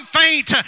faint